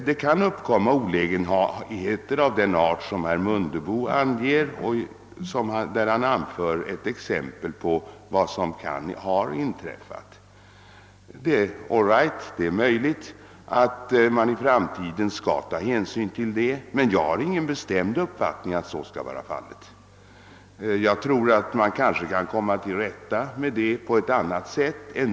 Det kan givetvis uppkomma olägenheter av den art herr Mundebo nyss talade om, och, all right, man kanske i framtiden bör ta hänsyn även till sådana problem. Men jag har ingen bestämd uppfattning om hur detta skall ske. Det är möjligt att man kan komma till rätta med problemen på ett annat sätt än genom en lagändring.